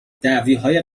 دعویهای